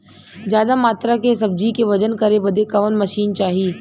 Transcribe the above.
ज्यादा मात्रा के सब्जी के वजन करे बदे कवन मशीन चाही?